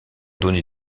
donné